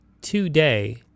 today